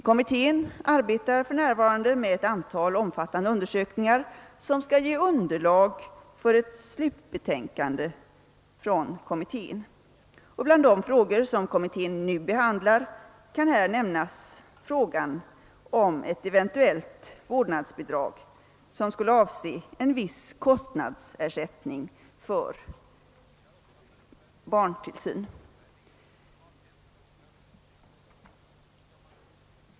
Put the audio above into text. Kommittén arbetar för närvarande med ett antal omfattande undersökningar som skall ge underlag för ett slutbetänkande från kommittén. Bland de frågor som kommittén nu behandlar kan nämnas frågan om ett eventuellt vårdnadsbidrag, som skulle avse en viss kostnadsersättning för barntillsyn.